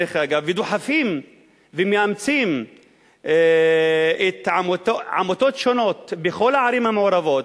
ודוחפים ומאמצים עמותות שונות בכל הערים המעורבות.